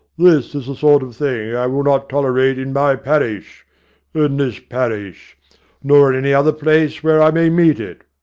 this is a sort of thing i will not tolerate in my parish a in this parish nor in any other place where i may meet it.